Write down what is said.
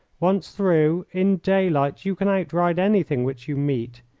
once through, in daylight you can outride anything which you meet,